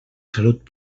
salut